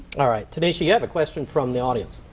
all right, tanisha you have a question from the audience.